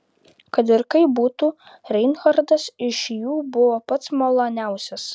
kad ir kaip būtų reinhartas iš jų buvo pats maloniausias